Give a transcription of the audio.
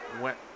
went